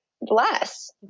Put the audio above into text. less